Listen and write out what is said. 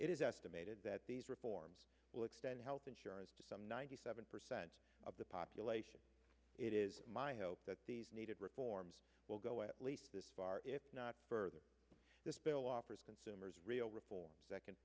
is estimated that these reforms will extend health insurance to some ninety seven percent of the population it is my hope that these needed reforms will go at least this far if not further this bill offers consumers real reform second